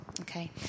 Okay